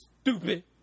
Stupid